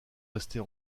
rester